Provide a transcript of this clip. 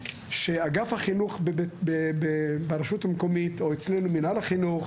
אגף החינוך ברשות המקומית או אצלנו מינהל החינוך,